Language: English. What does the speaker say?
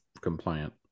compliant